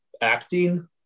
acting